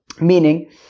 Meaning